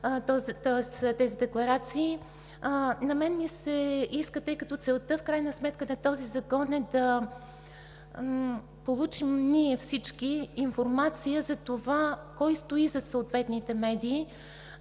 тези декларации. На мен ми се иска, тъй като целта на Закона в крайна сметка е да получим всички ние информация за това кой стои зад съответните медии,